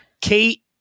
Kate